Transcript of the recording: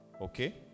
Okay